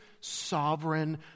sovereign